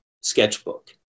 sketchbook